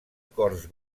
cors